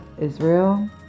Israel